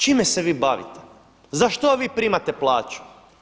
Čime se vi bavite, za što vi primate plaću?